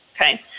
okay